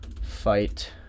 fight